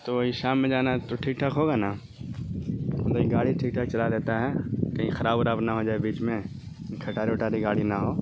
تو وہی شام میں جانا ہے تو ٹھیک ٹھاک ہوگا نا گاڑی ٹھیک ٹھاک چلا لیتا ہے کہیں خراب اوراب نہ ہو جائے بیچ میں کھٹاری اوٹاری گاڑی نہ ہو